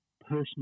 personal